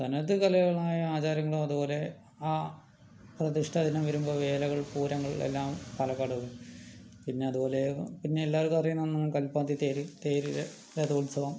തനത് കലകളായ ആചാരങ്ങൾ അതുപോലെ ആ പ്രതിഷ്ഠ എല്ലാം വരുമ്പോൾ വേലകൾ പൂരങ്ങൾ എല്ലാം പാലക്കാട് ഉണ്ട് പിന്നെ അതുപോലെ പിന്നെ എല്ലാർക്കും അറിയാവുന്ന കൽപ്പാത്തി തേര് തേര് രഥോത്സവം